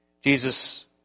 Jesus